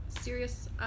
serious